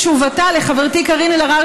תשובתה לחברתי קארין אלהרר,